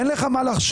אין לה מה לחשוש.